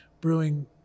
brewing